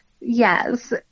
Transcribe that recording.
yes